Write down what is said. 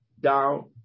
down